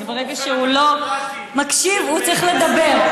ברגע שהוא לא מקשיב, הוא צריך לדבר.